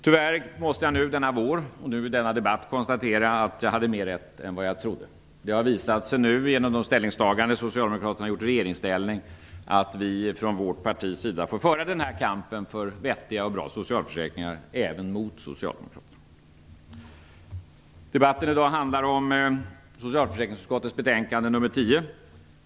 Tyvärr måste jag nu denna vår och i denna debatt konstatera att jag hade mer rätt än vad trodde. Genom de ställningstaganden som socialdemokraterna i regeringsställning har gjort har det visat sig att vi från vårt parti får föra kampen för vettiga och bra socialförsäkringar även mot socialdemokraterna. Debatten i dag handlar om socialförsäkringsutskottets betänkande nr 10.